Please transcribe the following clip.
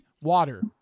Water